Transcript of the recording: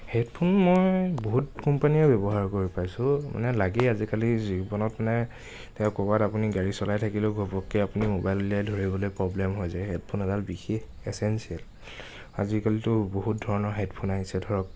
headphone মই বহুত কোম্পানীৰে ব্যৱহাৰ কৰি পাইছোঁ মানে লাগেই আজিকালি জীৱনত মানে এতিয়া ক'ৰবাত আপুনি গাড়ী চলাই থাকিলেও ঘপককে আপুনি ম'বাইল উলিয়াই ধৰিবলে প্ৰব্লেম হৈ যায় হেডফোন এডাল বিশেষ এছেনছিয়েল আজিকালিতো বহুত ধৰণৰ হেডফোন আহিছে ধৰক